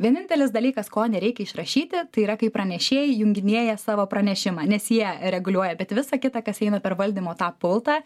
vienintelis dalykas ko nereikia išrašyti tai yra kai pranešėjai junginėja savo pranešimą nes jie reguliuoja bet visa kita kas eina per valdymo tą pultą